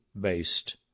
based